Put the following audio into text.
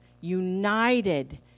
united